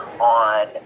on